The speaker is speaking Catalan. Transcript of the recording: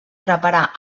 preparà